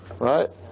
right